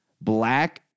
black